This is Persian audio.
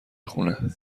خونه